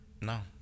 No